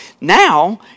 Now